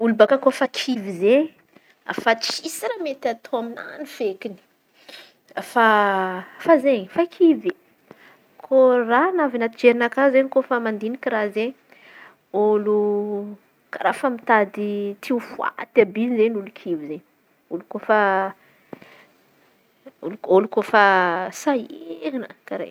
Olo baka kôfa kivy zey efa tsisy raha mety ataôna feky, efa zey efa kivy kô raha avy anaty jerinakà izen̈y. Fa mandin̈iky raha izen̈y olo karà efa mitady te ho faty àby zey kivy olo fa olo ko fa sahira baka raha io.